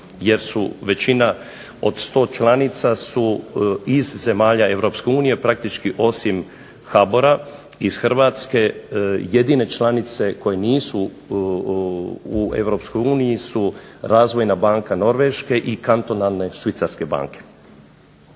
jer većina od 100 članica su iz zemalja Europske unije praktički, osim HBOR-a iz Hrvatske. Jedine članice koje nisu u Europskoj uniji su Razvojna banka Norveške i Kantonalne švicarske banke.